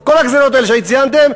כל הגזירות האלה שציינתם,